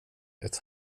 ett